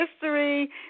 history